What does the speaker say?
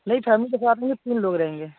नहीं फ़ैमली के साथ नहीं तीन लोग रहेंगे